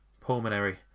pulmonary